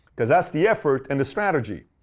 because that's the effort, and the strategy.